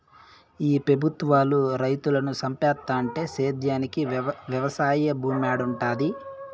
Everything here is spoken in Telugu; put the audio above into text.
ఈ పెబుత్వాలు రైతులను సంపేత్తంటే సేద్యానికి వెవసాయ భూమేడుంటది